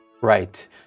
Right